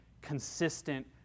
consistent